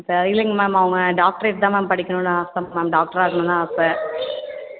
தெரியலைங்க மேம் அவங்க டாக்டரேட் தான் மேம் படிக்கணும்னு ஆசை மேம் டாக்டராக ஆகணும்னு ஆசை